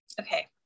okay